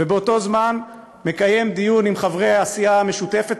ובאותו זמן מקיים דיון עם חברי הסיעה המשותפת,